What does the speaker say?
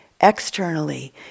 externally